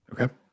okay